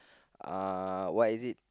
uh what is it